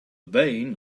vane